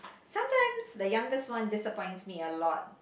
sometimes the youngest one disappoints me a lot